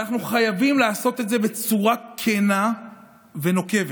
ואנחנו חייבים לעשות את זה בצורה כנה ונוקבת.